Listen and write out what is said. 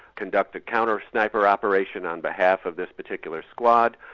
conduct a counter-sniper operation on behalf of this particular squad,